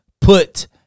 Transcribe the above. put